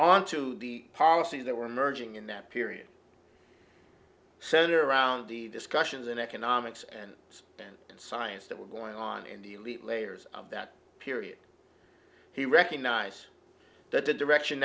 onto the policies that were emerging in that period center around the discussions in economics and then in science that were going on in the lead layers of that period he recognized that the direction